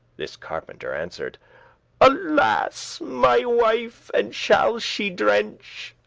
this carpenter answer'd alas, my wife! and shall she drench?